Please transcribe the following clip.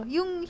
Yung